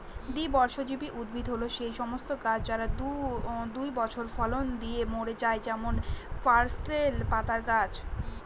দ্বিবর্ষজীবী উদ্ভিদ হল সেই সমস্ত গাছ যারা দুই বছর ফল দিয়ে মরে যায় যেমন পার্সলে পাতার গাছ